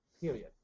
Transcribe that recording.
period